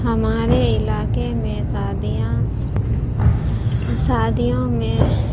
ہمارے علاقے میں شادیاں شادیوں میں